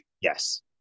Yes